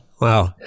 Wow